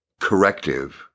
corrective